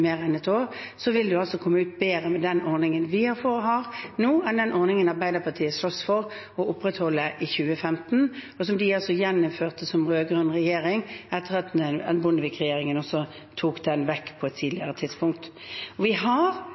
ordningen vi har nå, enn med den ordningen Arbeiderpartiet sloss for å opprettholde i 2015, og som de altså, som rød-grønn regjering, gjeninnførte etter at Bondevik-regjeringen også tok den vekk på et tidligere tidspunkt. Vi